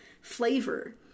flavor